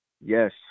Yes